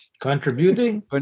Contributing